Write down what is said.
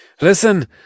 Listen